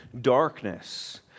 darkness